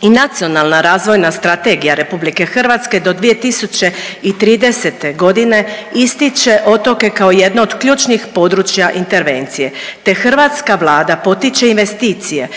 i Nacionalna razvojna strategija Republike Hrvatske do 2030. godine ističe otoke kao jedno od ključnih područja intervencije, te hrvatska Vlada potiče investicije